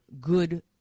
good